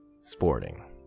sporting